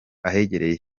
ahegereye